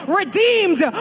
redeemed